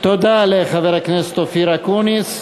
תודה לחבר הכנסת אופיר אקוניס.